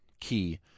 key